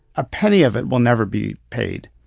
a penny of it will never be paid.